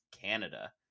canada